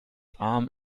amen